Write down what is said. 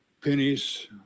pennies